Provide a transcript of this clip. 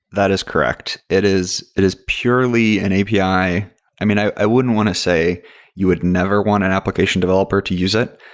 that is correct. it is it is purely an api. i i mean, i i wouldn't want to say you would never want an application developer to use it,